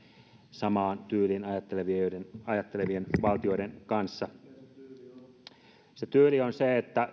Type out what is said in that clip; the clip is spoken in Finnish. samaan tyyliin ajattelevien valtioiden kanssa se tyyli on se että